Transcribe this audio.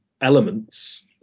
elements